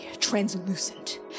translucent